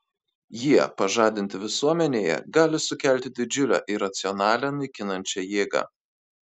jie pažadinti visuomenėje gali sukelti didžiulę iracionalią naikinančią jėgą